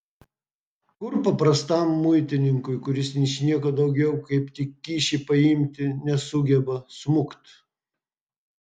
kur paprastam muitininkui kuris ničnieko daugiau kaip tik kyšį paimti nesugeba smukt